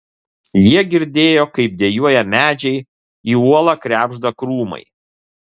jie girdėjo kaip dejuoja medžiai į uolą krebžda krūmai